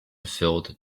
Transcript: filled